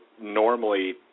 normally